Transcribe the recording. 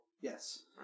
Yes